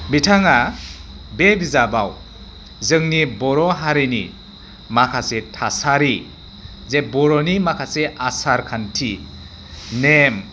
बिथाङा बे बिजाबाव जोंनि बर' हारिनि माखासे थासारि जे बर'नि माखासे आसार खान्थि नेम